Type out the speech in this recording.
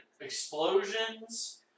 explosions